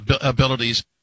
abilities